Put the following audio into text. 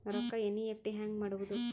ರೊಕ್ಕ ಎನ್.ಇ.ಎಫ್.ಟಿ ಹ್ಯಾಂಗ್ ಮಾಡುವುದು?